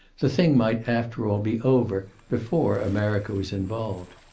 the thing might after all be over before america was involved.